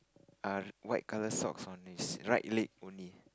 err white colour socks on his right leg only